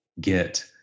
get